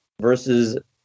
versus